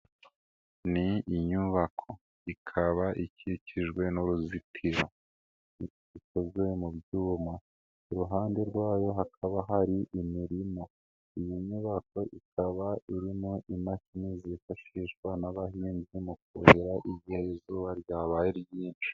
Ni inyubako ikaba ikikijwe n'uruzitiro rukozwe mu byuma iruhande rwayo hakaba hari imirima, iyi nyubako ikaba irimo imashini zifashishwa n'abahinzi mukuhira igihe izuba ryabaye ryinshi.